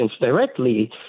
directly